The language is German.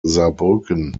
saarbrücken